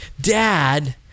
dad